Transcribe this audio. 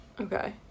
Okay